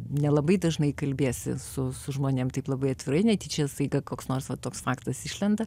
nelabai dažnai kalbiesi su su žmonėm taip labai atvirai netyčia staiga koks nors va toks faktas išlenda